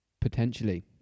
Potentially